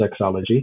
sexology